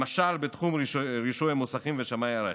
למשל בתחום רישוי מוסכים ושמאי הרכב.